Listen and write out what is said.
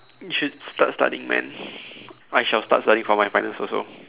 you should start studying man I shall start studying for my finals also